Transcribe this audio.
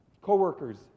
Co-workers